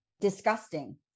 disgusting